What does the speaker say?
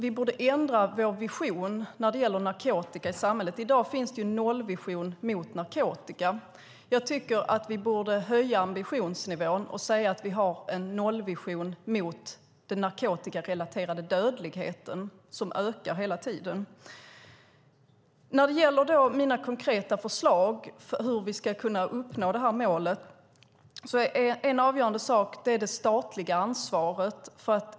Vi borde ändra vår vision när det gäller narkotika i samhället. I dag finns en nollvision mot narkotika. Vi borde höja ambitionsnivån och säga att vi har en nollvision mot den narkotikarelaterade dödligheten - som hela tiden ökar. Jag har konkreta förslag om hur vi ska uppnå målet. En avgörande sak är det statliga ansvaret.